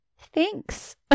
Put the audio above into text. thanks